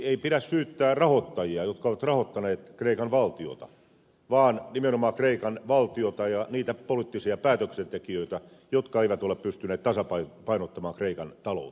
ei pidä syyttää rahoittajia jotka ovat rahoittaneet kreikan valtiota vaan nimenomaan kreikan valtiota ja niitä poliittisia päätöksentekijöitä jotka eivät ole pystyneet tasapainottamaan kreikan taloutta